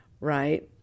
right